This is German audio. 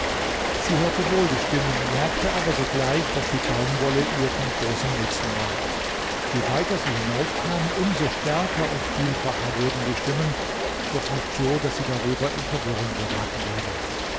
sie hörte wohl die stimmen merkte aber sogleich daß die baumwolle ihr von großem nutzen war je weiter sie hinaufkam um so stärker und vielfacher wurden die stimmen doch nicht so daß sie darüber in verwirrung geraten wäre